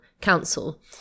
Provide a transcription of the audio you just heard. council